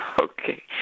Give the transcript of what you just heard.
Okay